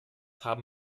haben